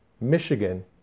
Michigan